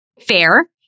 Fair